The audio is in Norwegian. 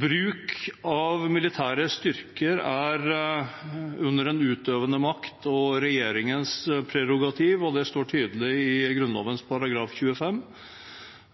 Bruk av militære styrker er under den utøvende makt og regjeringens prerogativ. Det står tydelig i Grunnloven § 25.